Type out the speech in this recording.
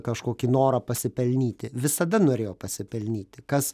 kažkokį norą pasipelnyti visada norėjo pasipelnyti kas